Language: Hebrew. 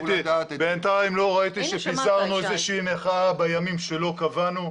בינתיים לא ראיתי שפיזרנו איזה שהיא מחאה בימים שלא קבענו.